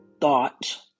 thought